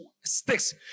sticks